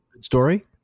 story